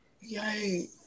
yay